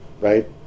right